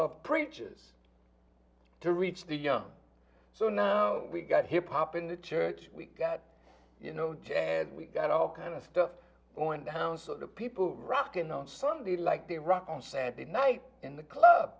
of preachers to reach the young so now we've got hip hop in the church we've got you know we've got all kind of stuff going down so the people rockin on sunday like the rock on saturday night in the club